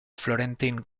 florentine